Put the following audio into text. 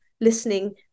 listening